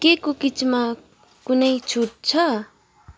के कुकिजमा कुनै छुट छ